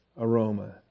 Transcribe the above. aroma